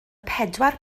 pedwar